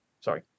Sorry